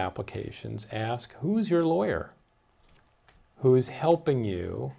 applications ask who is your lawyer who is helping you